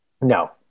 No